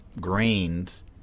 grains